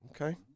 Okay